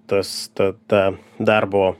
tas ta ta darbo